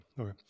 okay